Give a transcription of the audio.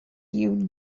you